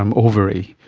um ovary,